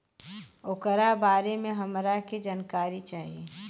ओकरा बारे मे हमरा के जानकारी चाही?